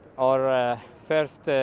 or a first